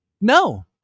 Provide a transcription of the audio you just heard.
No